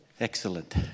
Excellent